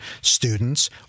students